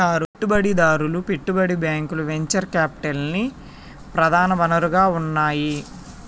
పెట్టుబడిదారులు, పెట్టుబడి బ్యాంకులు వెంచర్ క్యాపిటల్కి ప్రధాన వనరుగా ఉన్నాయి